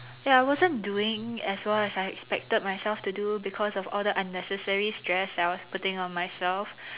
ya I wasn't doing as well as I expected myself to do because of all the unnecessary stress that I was putting on myself